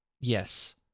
Yes